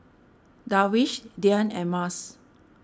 Darwish Dian and Mas